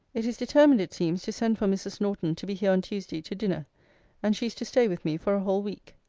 it is determined, it seems, to send for mrs. norton to be here on tuesday to dinner and she is to stay with me for a whole week.